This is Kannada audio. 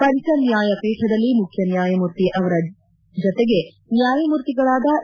ಪಂಚನ್ಯಾಯ ಪೀಠದಲ್ಲಿ ಮುಖ್ಯನ್ಯಾಯಮೂರ್ತಿ ಅವರ ಜತೆಗೆ ನ್ಯಾಯಮೂರ್ತಿಗಳಾದ ಎ